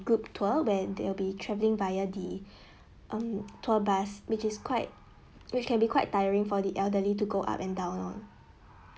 group tour where they'll be travelling via the um tour bus which is quite which can be quite tiring for the elderly to go up and down loh